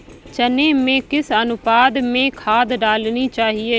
चने में किस अनुपात में खाद डालनी चाहिए?